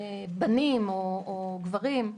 בנים או גברים.